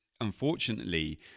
unfortunately